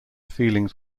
feelings